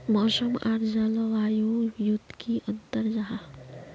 मौसम आर जलवायु युत की अंतर जाहा?